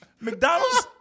McDonald's